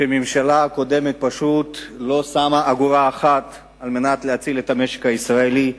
והממשלה הקודמת לא שמה אגורה אחת כדי להציל את המשק הישראלי.